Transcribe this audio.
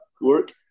work